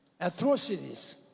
atrocities